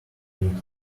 need